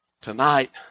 Tonight